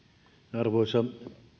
arvoisa